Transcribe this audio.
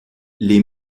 les